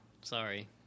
Sorry